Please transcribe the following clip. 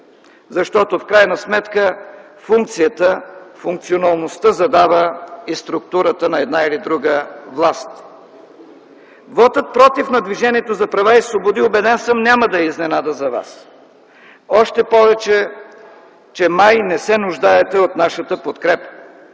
Защото в крайна сметка функционалността задава и структурата на една или друга власт. Вотът „против” на Движението за права и свободи, убеден съм, няма да е изненада за вас, още повече май не се нуждаете от нашата подкрепа.